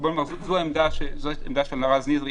זו העמדה של רז נזרי.